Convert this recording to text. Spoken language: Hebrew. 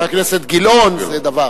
חבר הכנסת גילאון זה דבר,